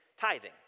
tithing